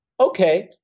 Okay